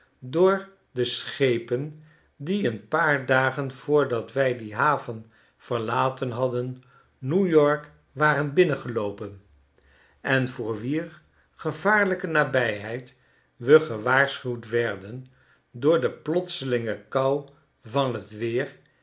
door de schepen die een paar dagen voordat wij die haven verlaten hadden n e w-y o r k waren binnengeloopen en voor wier gevaarlijke nabijheid we gewaarschuwd werden door de plotselinge kou van t weer